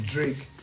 Drake